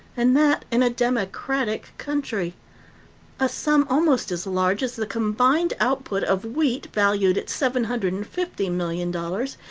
and that in a democratic country a sum almost as large as the combined output of wheat, valued at seven hundred and fifty million dollars,